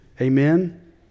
Amen